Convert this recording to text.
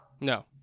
No